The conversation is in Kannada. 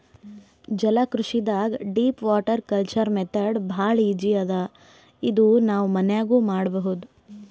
ಜಲಕೃಷಿದಾಗ್ ಡೀಪ್ ವಾಟರ್ ಕಲ್ಚರ್ ಮೆಥಡ್ ಭಾಳ್ ಈಜಿ ಅದಾ ಇದು ನಾವ್ ಮನ್ಯಾಗ್ನೂ ಮಾಡಬಹುದ್